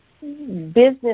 business